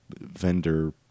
vendor